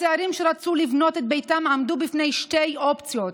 הצעירים שרצו לבנות את ביתם עמדו בפני שתי אופציות: